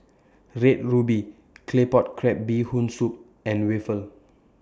Red Ruby Claypot Crab Bee Hoon Soup and raffle